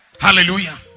Hallelujah